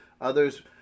Others